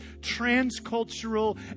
transcultural